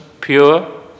pure